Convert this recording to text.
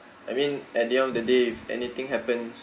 I mean at the end of the day if anything happens